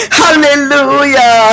hallelujah